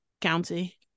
County